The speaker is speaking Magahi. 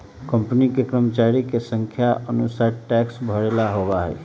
कंपनियन के कर्मचरिया के संख्या के अनुसार टैक्स भरे ला होबा हई